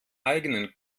eigenen